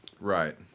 Right